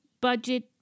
budget